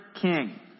king